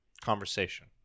conversation